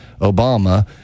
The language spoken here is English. Obama